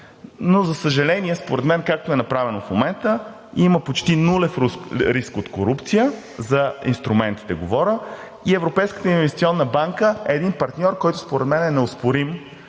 Но, за съжаление, според мен, както е направено в момента, има почти нулев риск от корупция – за инструментите говоря, и Европейската инвестиционна банка е един партньор, който според мен е неоспорим.